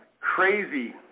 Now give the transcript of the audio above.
crazy